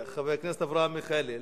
חבר הכנסת אברהם מיכאלי.